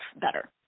better